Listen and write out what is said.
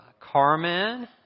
Carmen